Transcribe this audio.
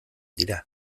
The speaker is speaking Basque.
dira